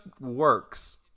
works